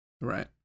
Right